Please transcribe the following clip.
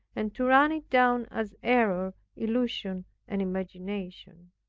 and to run it down as error, illusion and imagination